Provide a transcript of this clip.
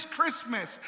Christmas